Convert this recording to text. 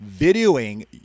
videoing